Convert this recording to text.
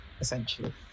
essentially